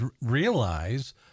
realize